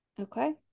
Okay